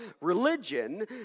religion